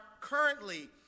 currently